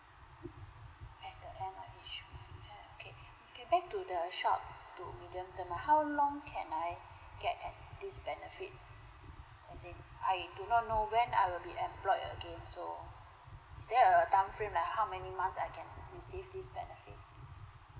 at the end might issue uh okay okay back to the short to medium term how long can I get uh this benefit as in I do not know when I will be employed again so is there a thumbprint like how many months I can receive this benefit